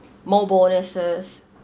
more bonuses